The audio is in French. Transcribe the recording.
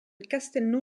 castelnau